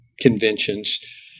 conventions